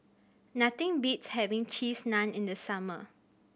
nothing beats having Cheese Naan in the summer